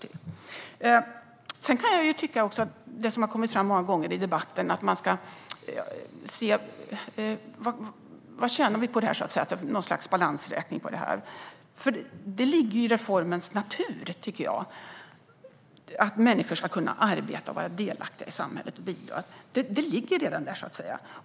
I debatten har det här med balansräkning kommit upp. Det ligger i reformens natur att människor ska kunna arbeta och vara delaktiga i samhället och bidra.